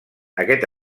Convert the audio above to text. aquest